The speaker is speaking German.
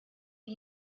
wie